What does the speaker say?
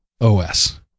OS